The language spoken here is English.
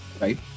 right